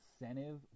incentive